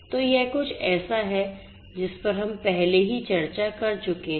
तो यह कुछ ऐसा है जिस पर हम पहले ही चर्चा कर चुके हैं